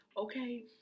okay